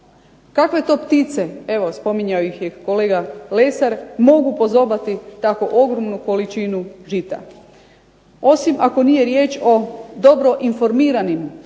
Kakve to ptice, evo spominjao ih je kolega Lesar, mogu pozobati tako ogromnu količinu žita, osim ako nije riječ o dobro informiranim